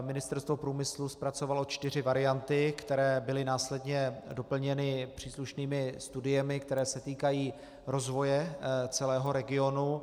Ministerstvo průmyslu zpracovalo čtyři varianty, které byly následně doplněny příslušnými studiemi, které se týkají rozvoje celého regionu.